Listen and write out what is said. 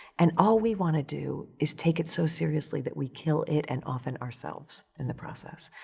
and all we wanna do is take it so seriously that we kill it and often ourselves in the process.